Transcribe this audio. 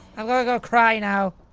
i'm gonna go cry now.